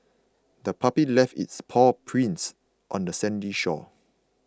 the puppy left its paw prints on the sandy shore